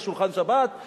יש שולחן שבת,